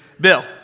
Bill